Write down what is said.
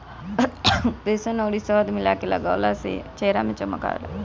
बेसन अउरी शहद मिला के लगवला से चेहरा में चमक आवेला